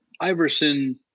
iverson